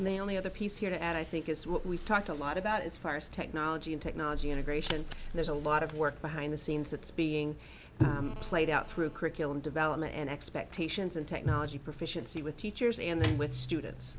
and they only other piece here to add i think it's what we've talked a lot about as far as technology and technology integration there's a lot of work behind the scenes that's being played out through curriculum development and expectations and technology proficiency with teachers and then with students